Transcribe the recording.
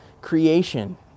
creation